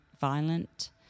violent